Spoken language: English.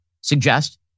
suggest